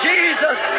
Jesus